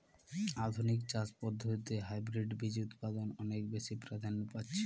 আধুনিক চাষ পদ্ধতিতে হাইব্রিড বীজ উৎপাদন অনেক বেশী প্রাধান্য পাচ্ছে